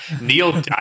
Neil